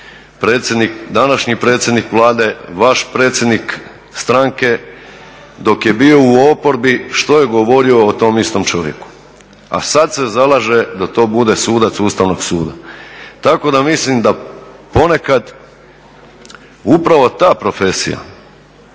današnji predsjednik Vlade, vaš predsjednik stranke dok je bio u oporbi što je govorio o tom istom čovjeku, a sada se zalaže za to bude sudac Ustavnog suda. Tako da mislim da ponekad upravo ta profesija,